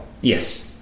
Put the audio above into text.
Yes